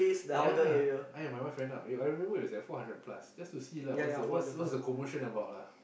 ya I and my wife find out I remember it's at four hundred plus just to see lah what's the what's what's the commotion about lah